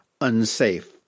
unsafe